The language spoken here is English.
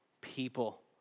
people